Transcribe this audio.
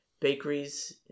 Bakeries